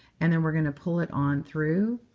and then we're going to pull it on through.